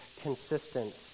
consistent